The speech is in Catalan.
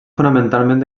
fonamentalment